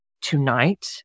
tonight